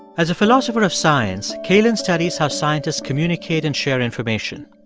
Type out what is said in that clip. as a philosopher of science, cailin studies how scientists communicate and share information.